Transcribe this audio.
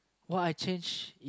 what I change